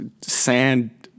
sand